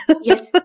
Yes